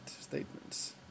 statements